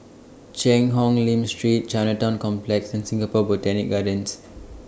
Cheang Hong Lim Street Chinatown Complex and Singapore Botanic Gardens